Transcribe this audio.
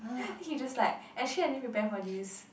then he just like actually I didn't prepare for this